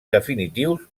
definitius